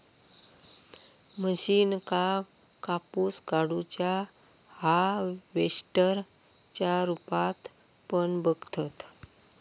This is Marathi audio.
मशीनका कापूस काढुच्या हार्वेस्टर च्या रुपात पण बघतत